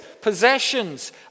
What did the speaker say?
possessions